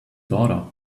daughter